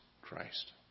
Christ